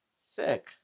Sick